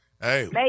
Hey